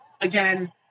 Again